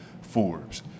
Forbes